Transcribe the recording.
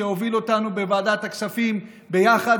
שהוביל אותנו בוועדת הכספים ביחד.